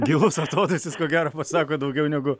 gilus atodūsis ko gero pasako daugiau negu